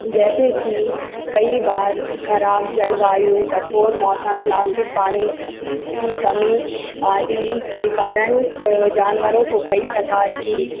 जैसे कि कई बार खराब जलवायु कठोर मौसम प्लास्टिक पानी की कमी आदि ही के कारण जानवरो को कई प्रकार की